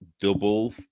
double